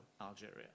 Algeria